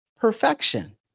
perfection